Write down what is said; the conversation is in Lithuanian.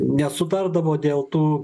nesutardavo dėl tų